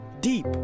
deep